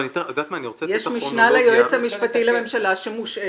יש משנה ליועץ המשפטי לממשלה שמושעית